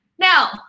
Now